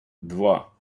два